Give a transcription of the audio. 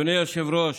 אדוני היושב-ראש,